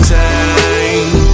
time